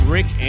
Rick